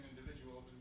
individuals